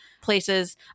places